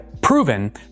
proven